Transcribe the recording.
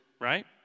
right